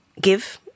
give